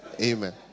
Amen